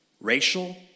racial